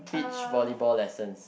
beach volleyball lessons